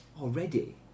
already